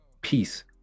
peace